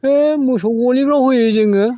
बे मोसौ गलिफ्राव होयो जोङो